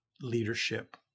leadership